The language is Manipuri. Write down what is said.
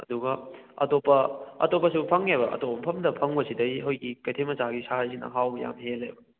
ꯑꯗꯨꯒ ꯑꯇꯣꯞꯄ ꯑꯇꯣꯞꯄꯁꯨ ꯐꯪꯉꯦꯕ ꯑꯇꯣꯞꯄ ꯃꯐꯝꯗ ꯐꯪꯕꯁꯤꯗꯩ ꯑꯩꯈꯣꯏꯒꯤ ꯀꯩꯊꯦꯟ ꯃꯆꯥꯒꯤ ꯁꯥꯔꯤꯁꯤꯅ ꯍꯥꯎꯕ ꯌꯥꯝ ꯍꯦꯜꯂꯦꯕ